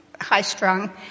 high-strung